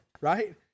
right